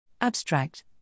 Abstract